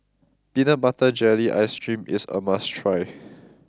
Peanut Butter Jelly ice cream is a must try